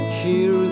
hear